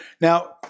Now